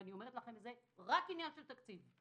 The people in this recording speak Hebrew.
זה רק עניין של תקציב.